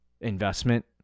investment